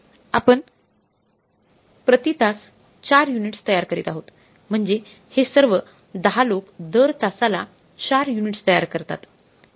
आपण प्रति तास 4 युनिट्स तयार करीत आहोत म्हणजे हे सर्व 10 लोक दर तासाला 4 युनिट्स तयार करतात बरोबर